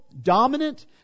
dominant